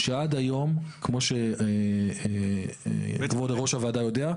שעד היום כמו שכבוד יושב ראש הוועדה יודע,